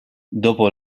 dopo